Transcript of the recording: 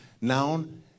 Noun